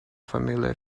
familiar